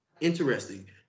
interesting